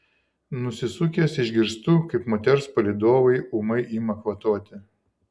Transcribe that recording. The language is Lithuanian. nusisukęs išgirstu kaip moters palydovai ūmai ima kvatoti